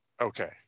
okay